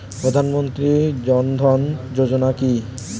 প্রধানমন্ত্রী জনধন যোজনা কি?